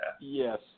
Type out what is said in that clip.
Yes